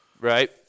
right